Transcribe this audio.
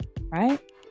Right